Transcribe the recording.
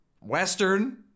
Western